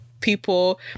people